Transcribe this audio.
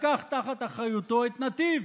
לקח תחת אחריותו את נתיב.